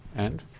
and?